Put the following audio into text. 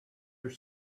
are